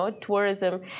tourism